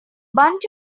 bunch